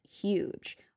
huge